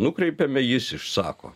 nukreipiame jis išsako